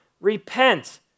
repent